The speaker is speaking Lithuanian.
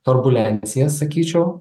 turbulencijas sakyčiau